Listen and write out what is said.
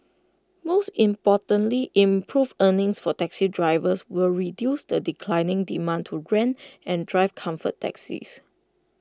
most importantly improved earnings for taxi drivers will reduce the declining demand to rent and drive comfort taxis